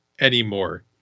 anymore